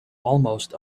almost